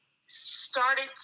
started